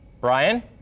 Brian